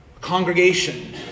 Congregation